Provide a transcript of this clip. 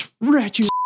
ratchet